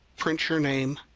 print your name,